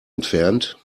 entfernt